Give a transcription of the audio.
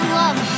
love